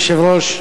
אדוני היושב-ראש,